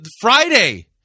Friday